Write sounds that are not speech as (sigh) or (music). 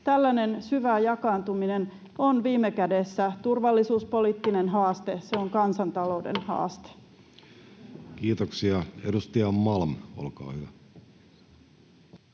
Tällainen syvään jakaantuminen on viime kädessä turvallisuuspoliittinen haaste. (noise) Se on kansantalouden haaste. Kiitoksia. — Edustaja Malm, olkaa hyvä.